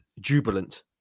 jubilant